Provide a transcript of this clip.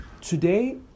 Today